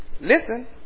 Listen